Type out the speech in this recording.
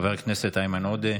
חבר הכנסת איימן עודה,